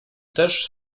też